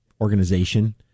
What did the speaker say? organization